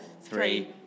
three